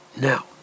Now